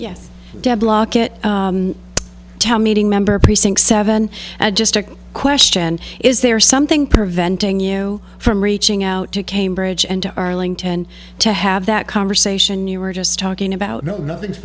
it tell meeting member precinct seven just a question is there something preventing you from reaching out to cambridge and to arlington to have that conversation you were just talking about no nothing